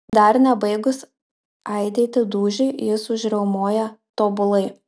dar nebaigus aidėti dūžiui jis užriaumoja tobulai